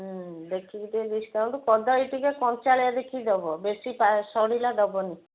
ଦେଖିକି ଟିକେ ଡିସ୍କାଉଣ୍ଟ କଦଳୀ ଟିକେ କଞ୍ଚାଳିଆ ଦେଖିକି ଦେବ ବେଶି ସଢ଼ିଲା ଦେବନି